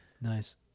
Nice